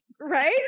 Right